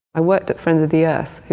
i worked at friend of the earth,